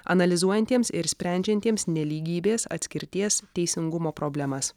analizuojantiems ir sprendžiantiems nelygybės atskirties teisingumo problemas